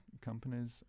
companies